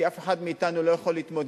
כי אף אחד מאתנו לא יכול להתמודד.